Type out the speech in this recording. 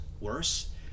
worse